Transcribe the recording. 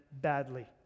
badly